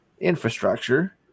infrastructure